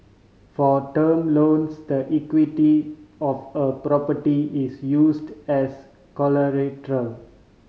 for term loans the equity of a property is used as collateral